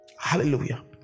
Hallelujah